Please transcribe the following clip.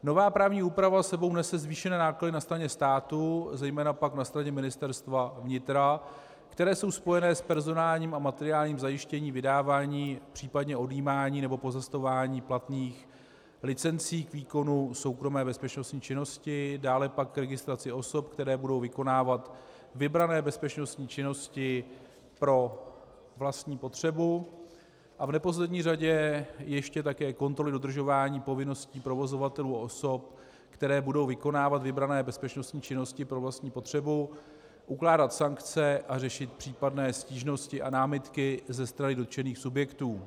Nová právní úprava s sebou nese zvýšené náklady na straně státu, zejména pak na straně Ministerstva vnitra, které jsou spojené s personálním a materiálním zajištěním vydávání, případně odjímání nebo pozastavování platných licencí k výkonu soukromé bezpečnostní činnosti, dále pak k registraci osob, které budou vykonávat vybrané bezpečnostní činnosti pro vlastní potřebu, a v neposlední řadě ještě také kontroly dodržování povinnosti provozovatelů a osob, které budou vykonávat vybrané bezpečnostní činnosti pro vlastní potřebu, ukládat sankce a řešit případné stížnosti a námitky ze strany dotčených subjektů.